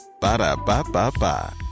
Ba-da-ba-ba-ba